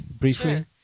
briefly